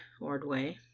Ordway